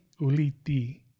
Uliti